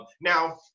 Now